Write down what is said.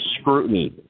scrutiny